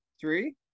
Three